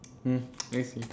mm I see